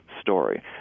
story